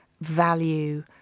value